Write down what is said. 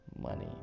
money